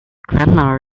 grandma